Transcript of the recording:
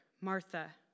Martha